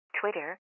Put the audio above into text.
Twitter